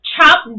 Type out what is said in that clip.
chop